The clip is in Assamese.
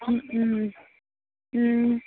ওঁ ওঁ ওঁ